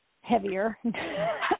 heavier